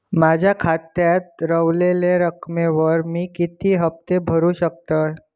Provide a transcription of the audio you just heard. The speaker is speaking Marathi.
माझ्या खात्यात रव्हलेल्या रकमेवर मी किती हफ्ते भरू शकतय?